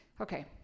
Okay